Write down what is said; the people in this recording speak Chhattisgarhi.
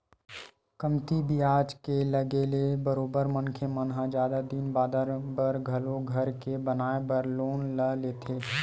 कमती बियाज के लगे ले बरोबर मनखे मन ह जादा दिन बादर बर घलो घर के बनाए बर लोन ल लेथे